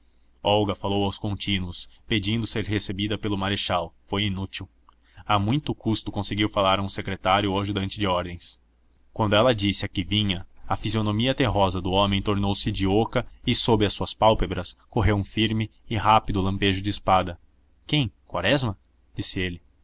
olga falou aos contínuos pedindo ser recebida pelo marechal foi inútil a muito custo conseguiu falar a um secretário ou ajudante de ordens quando ela lhe disse a que vinha a fisionomia terrosa do homem tornou-se de oca e sob as suas pálpebras correu um firme e rápido lampejo de espada quem quaresma disse ele